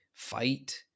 fight